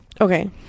Okay